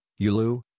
Yulu